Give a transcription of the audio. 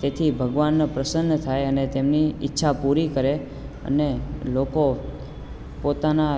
તેથી ભગવાન પ્રસન્ન થાય અને તેમની ઈચ્છા પૂરી કરે અને લોકો પોતાના